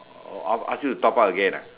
oh ask ask you to top up again ah